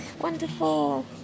Wonderful